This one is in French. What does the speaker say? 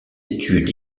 études